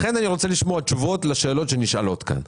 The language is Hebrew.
לכן אני רוצה לשמוע תשובות לשאלות שנשאלות כאן.